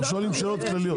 שואלים שאלות כלליות.